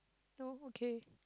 no okay